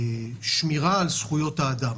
ושמירה על זכויות האדם.